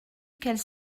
quelle